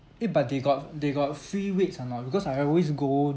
eh but they got they got free weights or not because I always go